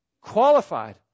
Qualified